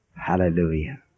Hallelujah